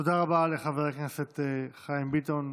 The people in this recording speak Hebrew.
תודה לחבר הכנסת חיים ביטון,